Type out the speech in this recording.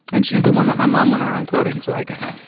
and she's the one that my mom went around quoting. so i guess